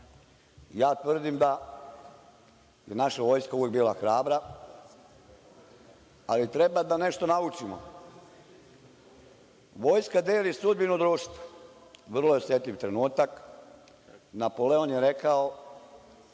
tvrdim da je naša vojska uvek bila hrabra, ali treba nešto da naučimo. Vojska deli sudbinu društva. Vrlo je osetljiv trenutak. Napoleon je rekao